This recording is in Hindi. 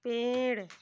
पेड़